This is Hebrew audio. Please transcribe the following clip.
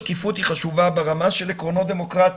השקיפות היא חשובה ברמה של עקרונות דמוקרטיים.